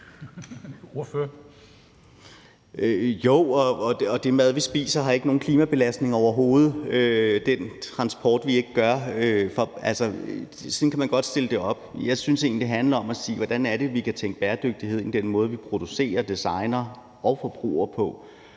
Jo, og den mad, vi ikke spiser, har ikke nogen klimabelastning overhovedet; den transport, vi ikke foretager – sådan kan man godt stille det op. Jeg synes egentlig, det handler om at sige, at hvordan er det, vi kan tænke bæredygtighed ind i den måde, vi producerer og designer og forbruger på?